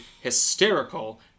hysterical